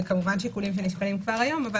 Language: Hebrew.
כמובן זה שיקולים שנשקלים כבר היום.